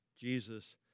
Jesus